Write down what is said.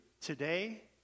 today